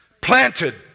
planted